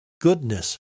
goodness